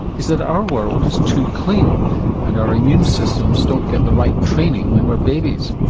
is that our world is too clean and our immune systems don't get the right training when we're babies.